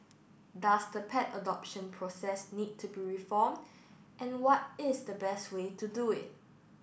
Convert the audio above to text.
does the pet adoption process need to be reform and what is the best way to do it